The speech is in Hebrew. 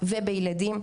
ובילדים,